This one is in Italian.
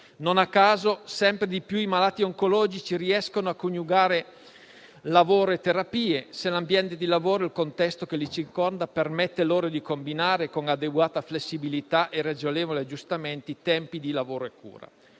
Non a caso, sempre di più i malati oncologici riescono a coniugare lavoro e terapie, se l'ambiente di lavoro e il contesto che li circonda permettono loro di combinare con adeguata flessibilità e ragionevoli aggiustamenti tempi di lavoro e cura.